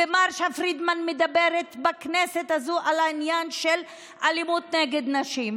ומרשה פרידמן מדברת בכנסת הזאת על העניין של אלימות נגד נשים.